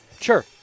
Sure